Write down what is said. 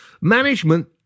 management